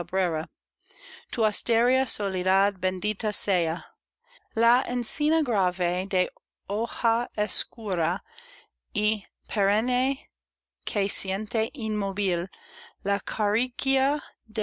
soledad bendita sea la encina grave de hoja oscura y perenne que siente inmoble la